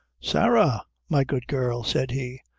sarah, my good girl, said he,